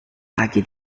lagi